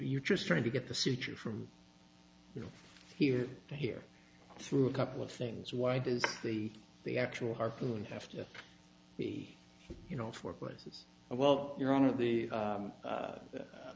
you just trying to get the suture from here to here through a couple of things why does the the actual harpoon have to be you know for places well you're one of the